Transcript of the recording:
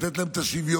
לתת להם את השוויון,